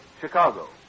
Chicago